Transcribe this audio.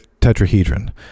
tetrahedron